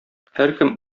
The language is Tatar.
һәркем